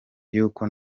yuko